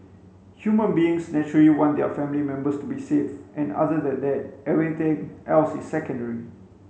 human beings naturally want their family members to be safe and other than that everything else is secondary